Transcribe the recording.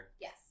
Yes